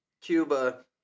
Cuba